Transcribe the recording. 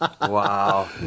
Wow